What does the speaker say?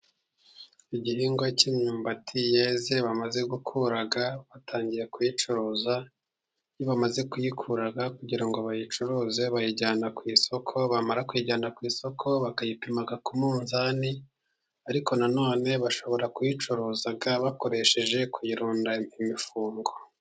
Igihingwa cy'imyumbati yeze bamaze gukura. Batangiye kuyicuruza. Iyo bamaze kuyikura kugira ngo bayicuruze bayijyana ku isoko. Bamara kuyijyana ku isoko, bakayipima ku munzani, ariko na none bashobora kuyicuruza bakoresheje kuyirunda imifungo.